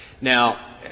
now